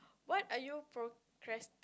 what are you procrasti~